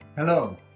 Hello